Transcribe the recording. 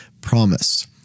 promise